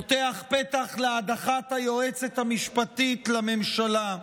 פותח פתח להדחת היועצת המשפטית לממשלה.